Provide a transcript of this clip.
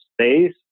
space